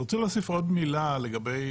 אני רוצה להוסיף עוד מילה לגבי